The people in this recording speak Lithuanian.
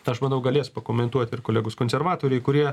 tai aš manau galės pakomentuot ir kolegos konservatoriai kurie